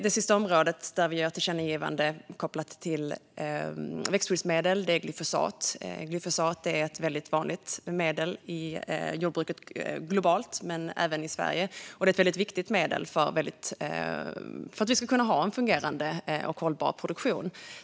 Det sista område där vi föreslår ett tillkännagivande kopplat till växtskyddsmedel är glyfosat. Glyfosat är ett väldigt vanligt medel i jordbruket globalt, men även i Sverige, och det är ett väldigt viktigt medel för att vi ska kunna ha en fungerande och hållbar produktion.